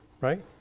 right